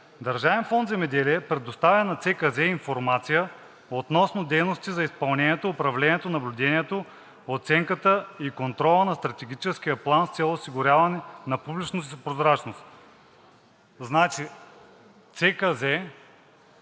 „Държавен фонд „Земеделие“ предоставя на ЦКЗ информация относно дейности за изпълнението, управлението, наблюдението, оценката и контрола на стратегическия план с цел осигуряване на публичност и прозрачност.“ Значи ЦКЗ